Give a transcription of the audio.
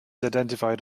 identified